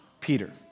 Peter